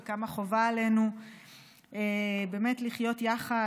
וכמה חובה עלינו באמת לחיות יחד,